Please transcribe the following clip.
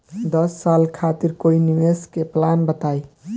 दस साल खातिर कोई निवेश के प्लान बताई?